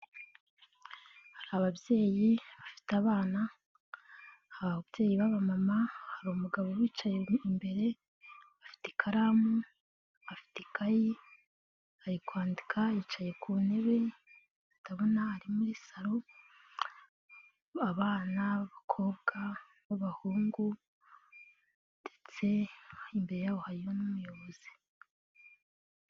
Hari ababyeyi bafite abana, ababyeyi b'abamama, hari umugabo wicaye imbere bafite ikaramu, afite ikayi, ari kwandika yicaye ku ntebe zitabona, ari muri salo, abana b'abakobwa, ab'abahungu ndetse imbere y'aho hari yo n'umuyobozi.